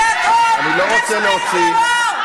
בחיים לא העבירו בהלבנת הון כספי טרור.